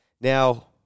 Now